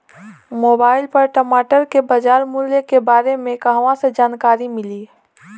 Mobile पर टमाटर के बजार मूल्य के बारे मे कहवा से जानकारी मिली?